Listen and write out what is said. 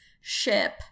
ship